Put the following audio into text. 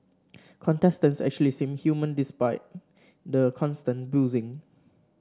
contestants actually seem human despite the constant boozing